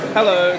hello